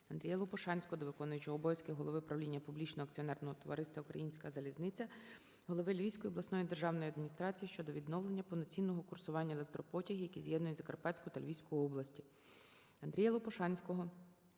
АндріяЛопушанського до виконуючого обов'язки Голови правління Публічного акціонерного товариства "Українська залізниця", голови Львівської обласної державної адміністрації щодо відновлення повноцінного курсування електропотягів, які з'єднують Закарпатську та Львівську області. АндріяЛопушанського